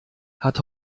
hat